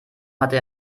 hatte